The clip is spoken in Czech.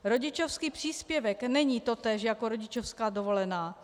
Rodičovský příspěvek není totéž jako rodičovská dovolená.